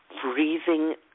breathing